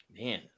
Man